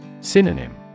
Synonym